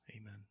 Amen